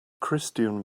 christian